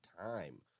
time